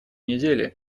неделе